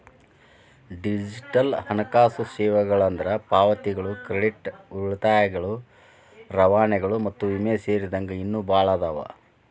digital ಹಣಕಾಸು ಸೇವೆಗಳಂದ್ರ ಪಾವತಿಗಳು ಕ್ರೆಡಿಟ್ ಉಳಿತಾಯಗಳು ರವಾನೆಗಳು ಮತ್ತ ವಿಮೆ ಸೇರಿದಂಗ ಇನ್ನೂ ಭಾಳ್ ಅದಾವ